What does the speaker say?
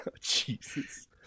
Jesus